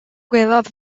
gwelodd